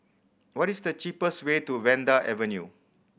what is the cheapest way to Vanda Avenue